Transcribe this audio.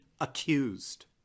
accused